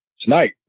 Tonight